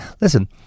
Listen